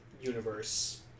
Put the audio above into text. universe